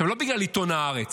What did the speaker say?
עכשיו, לא בגלל עיתון הארץ,